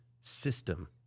system